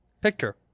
picture